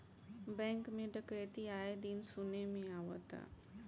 bank में डकैती आये दिन सुने में आवता